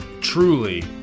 truly